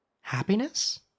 Happiness